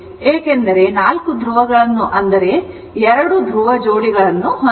ಏಕೆಂದರೆ ನಾಲ್ಕು ಧ್ರುವಗಳನ್ನು ಅಂದರೆ 2 ಧ್ರುವ ಜೋಡಿಗಳನ್ನು ಹೊಂದಿದೆ